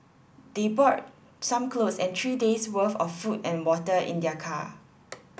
they brought some clothes and three days' worth of food and water in their car